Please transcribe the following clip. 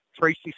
Tracy